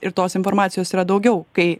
ir tos informacijos yra daugiau kai